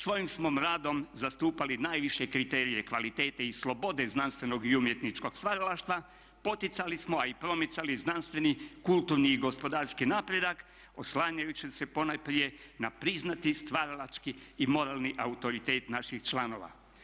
Svojim smo radom zastupali najviše kriterije kvalitete i slobode znanstvenog i umjetničkog stvaralaštva, poticali smo a i promicali znanstveni, kulturni i gospodarski napredak oslanjajući se ponajprije na priznati stvaralački i moralni autoritet naših članova.